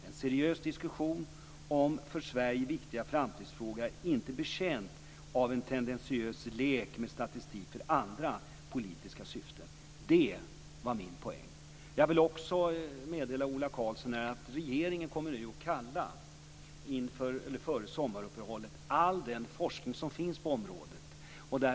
En seriös diskussion om för Sverige viktiga framtidsfrågor är inte betjänt av en tendentiös lek med statistik för andra politiska syften. Det var min poäng. Jag vill också meddela Ola Karlsson att regeringen före sommaruppehållet kommer att kalla samman all den forskning som finns på området.